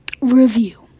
review